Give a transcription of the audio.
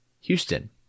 Houston